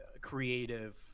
creative